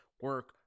Work